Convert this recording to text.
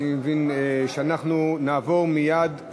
אני מבין שאנחנו נעבור מייד,